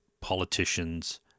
politicians